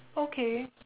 okay